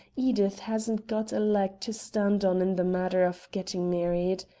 edith hasn't got a leg to stand on in the matter of getting married.